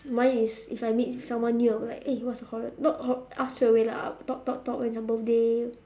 mine is if I meet someone new I'm like eh what's your horo~ not horo~ ask straightaway lah talk talk talk when's your birthday